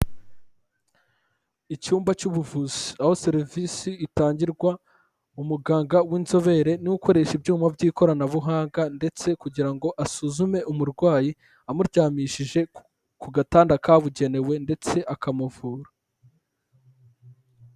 Icyumba cy'ubuvuzi aho serivisi itangirwa, umuganga w'inzobere niwe ukoresha ibyuma by'ikoranabuhanga ndetse kugira ngo asuzume umurwayi amuryamishije ku gatanda kabugenewe ndetse akamuvura.